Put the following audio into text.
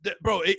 Bro